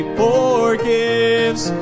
forgives